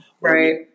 Right